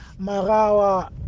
Marawa